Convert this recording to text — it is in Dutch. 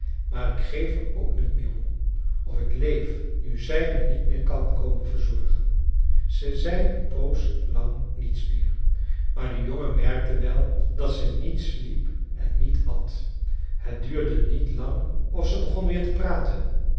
maar ik geef er ook niet meer om of ik leef nu zij me niet meer kan komen verzorgen ze zei een poos lang niets meer maar de jongen merkte wel dat ze niet sliep en niet at het duurde niet lang of ze begon weer te praten